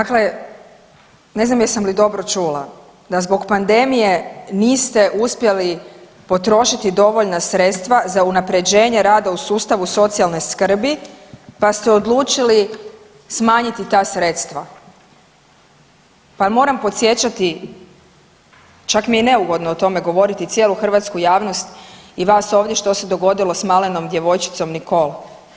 Dakle, ne znam jesam li dobro čula, da zbog pandemije niste uspjeli potrošiti dovoljna sredstva za unaprjeđenje rada u sustavu socijalne skrbi pa ste odlučili smanjiti ta sredstva, pa jel moram podsjećati čak mi je i neugodno o tome govori, cijelu hrvatsku javnost i vas ovdje što se dogodilo s malenom djevojčicom Nicol.